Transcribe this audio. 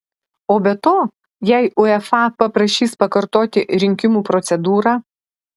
o be to jei uefa paprašys pakartoti rinkimų procedūrą